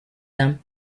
them